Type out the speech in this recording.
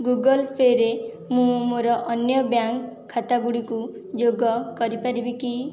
Google Pay ରେ ମୁଁ ମୋର ଅନ୍ୟ ବ୍ୟାଙ୍କ୍ ଖାତା ଗୁଡ଼ିକୁ ଯୋଗ କରିପାରିବି କି